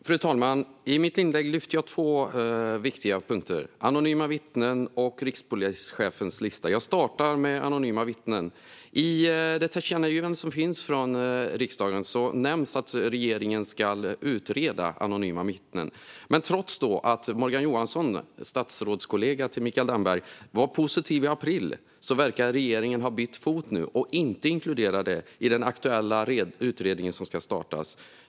Fru talman! I mitt inlägg lyfte jag upp två viktiga punkter: anonyma vittnen och rikspolischefens lista. Jag startar med anonyma vittnen. I tillkännagivandet från riksdagen nämns att regeringen ska utreda anonyma vittnen. Men trots att Morgan Johansson, statsrådskollega till Mikael Damberg, var positiv i april verkar regeringen nu ha bytt fot och inkluderar det inte i den aktuella utredning som ska startas.